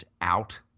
out